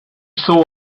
saw